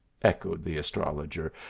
echoed the istrologer,